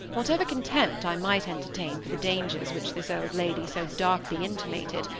whatever contempt i might entertain for the dangers which this old lady so darkly intimated,